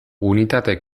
unitate